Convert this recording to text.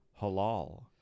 Halal